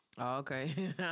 okay